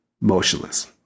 motionless